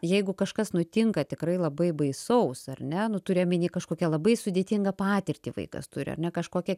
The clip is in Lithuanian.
jeigu kažkas nutinka tikrai labai baisaus ar ne nu turi omeny kažkokią labai sudėtingą patirtį vaikas turi ar ne kažkokią